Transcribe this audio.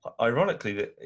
Ironically